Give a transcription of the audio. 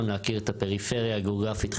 להכיר את הפריפריה הגיאוגרפית החברתית,